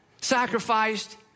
sacrificed